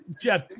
Jeff